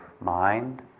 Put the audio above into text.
mind